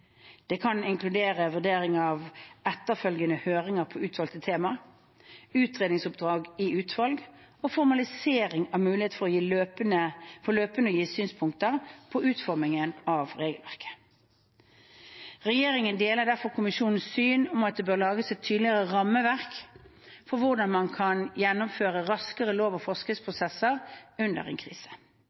Det kan inkludere vurdering av etterfølgende høringer på utvalgte tema, utredningsoppdrag i utvalg og formalisering av mulighet for løpende å gi synspunkter på utformingen av regelverket. Regjeringen deler derfor kommisjonens syn om at det bør lages et tydeligere rammeverk for hvordan man kan gjennomføre raskere lov- og forskriftsprosesser under en krise,